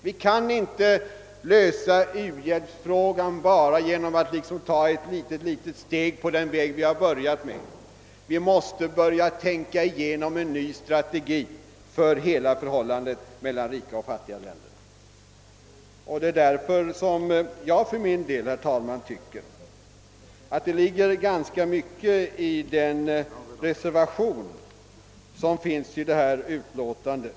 Vi kan inte lösa uhjälpsfrågan bara genom att ta ett litet steg på den väg vi börjat gå, utan vi måste börja tänka igenom en ny strategi beträffande relationerna mellan rika och fattiga länder över huvud taget. Därför tycker jag, herr talman, att det ligger ganska mycket i en reservation som fogats till det här utlåtandet.